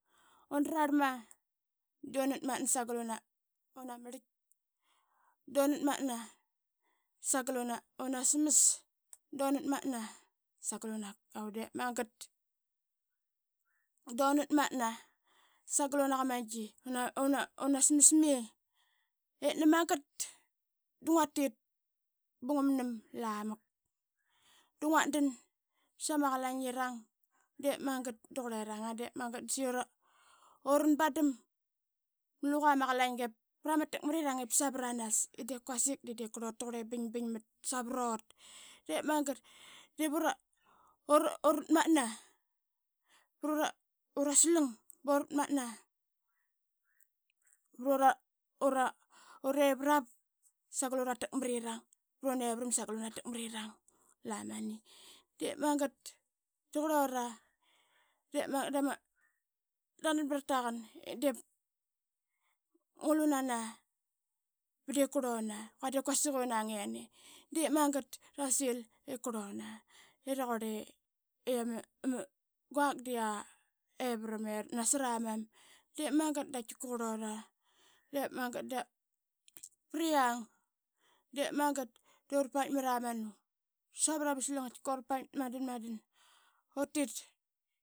Unrarlma de utmat na sagal una mritik. dunatmatna sagal una smas. dunat matna sagal una kakau dep magat dunat matna sagal una as mas mai ip nani magat da nani nguatit ngum nam lamak manama kenaqi da nguat dan sama qalainirang de qurlirang. Dep magat da sa qi uranbandam naluaqa ma qalinga vrama takmirang ip savranas i de quasik de diip kurlut taqurle i bing bingmat savrut. Dep magat da divurat matna prura slang. uratmatna vaturevarap sagal una takmrirang prunevaram lamani. De magat da qurlura. de magat drat brataqan. diip ngulu nana ba qurluna qua de quasik i unang yane dep magat drasil ip kurluna i raqurle guak evarama nasra mam. De magat da qaitkik qurluna de magat da viang dura pait mat amanu savrama salang i qaitkika ura paitmat madan i utit.